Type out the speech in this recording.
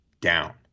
down